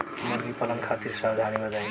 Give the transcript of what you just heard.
मुर्गी पालन खातिर सावधानी बताई?